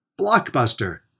Blockbuster